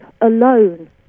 alone